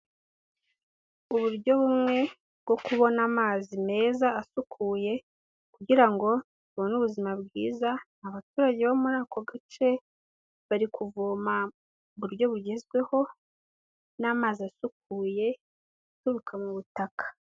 Uburyo bumwe bwo kubona amazi meza asukuye, kugira ngo babone ubuzima bwiza, abaturage bo muri ako gace bari kuvoma, mu buryo bugezweho n'amazi asukuye aturuka mu butaka.